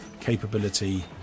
capability